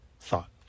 thought